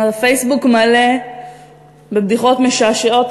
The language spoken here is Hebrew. הפייסבוק מלא בבדיחות משעשעות,